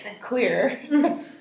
clear